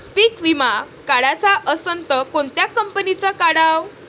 पीक विमा काढाचा असन त कोनत्या कंपनीचा काढाव?